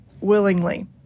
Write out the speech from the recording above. willingly